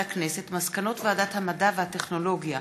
מסקנות ועדת המדע והטכנולוגיה